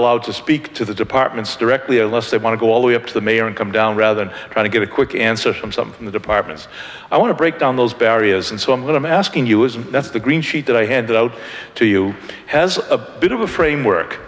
allowed to speak to the departments directly or less they want to go all the way up to the mayor and come down rather than trying to get a quick answer from some of the departments i want to break down those barriers and so i'm going to asking you is not the green sheet that i handed out to you has a bit of a framework